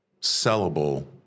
sellable